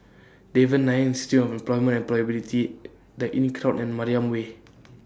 Devan Nair Institute of Employment and Employability The Inncrowd and Mariam Way